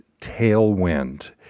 Tailwind